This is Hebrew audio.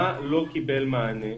מה לא קיבל מענה?